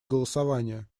голосование